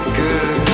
good